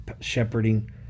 shepherding